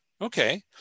Okay